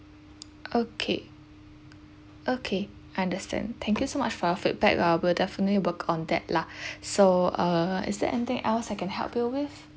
okay okay understand thank you so much for your feedback uh we'll definitely work on that lah so uh is there anything else I can help you with